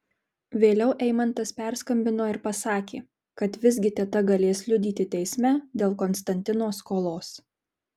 vėliau eimantas perskambino ir pasakė kad visgi teta galės liudyti teisme dėl konstantino skolos